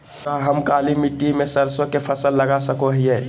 का हम काली मिट्टी में सरसों के फसल लगा सको हीयय?